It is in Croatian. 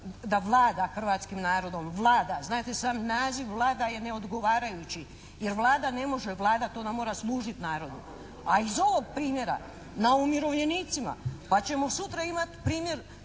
da vlada hrvatskim narodom. Vlada, znadete i sami naziv vlada je neodgovarajući jer Vlada ne može vladati, ona mora služiti narodu. … /Upadica se ne razumije./ … A iz ovog primjera na umirovljenicima, pa ćemo sutra imati primjer